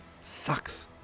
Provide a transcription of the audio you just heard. sucks